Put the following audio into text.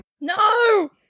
No